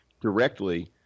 directly